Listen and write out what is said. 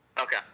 Okay